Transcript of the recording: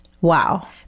Wow